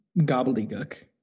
gobbledygook